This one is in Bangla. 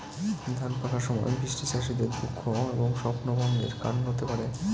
ধান পাকার সময় বৃষ্টি চাষীদের দুঃখ এবং স্বপ্নভঙ্গের কারণ হতে পারে